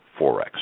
Forex